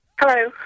Hello